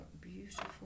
beautiful